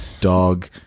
dog